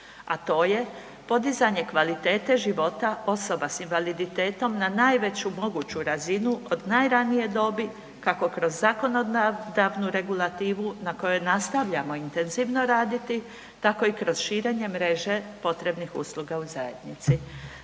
a to je podizanje kvalitete života osoba s invaliditetom na najveću moguću razinu od najranije dobi kako kroz zakonodavnu regulativu na kojoj nastavljamo intenzivno raditi, tako i kroz širenje mreže potrebnih usluga u zajednici.